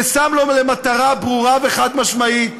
ששם לו למטרה ברורה וחד-משמעית